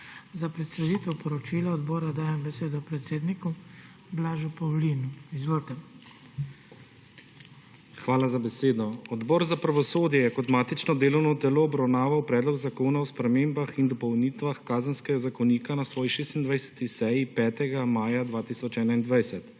Za predstavitev poročila odbora dajem besedo predsedniku Blažu Pavlinu. Izvolite. BLAŽ PAVLIN (PS NSi): Hvala za besedo. Odbor za pravosodje je kot matično delovno telo obravnaval Predlog zakona o spremembah in dopolnitvah Kazenskega zakonika na svoji 26.